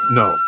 no